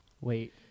Wait